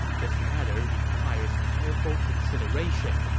this matter requires careful consideration,